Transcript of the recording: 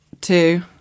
two